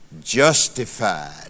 justified